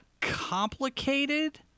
complicated